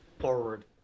forward